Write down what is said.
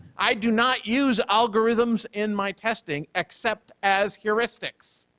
i do not use algorithms in my testing except as heuristics.